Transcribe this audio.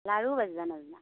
লাৰুও ভাজিব নেজানা